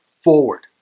forward